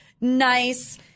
nice